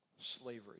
slavery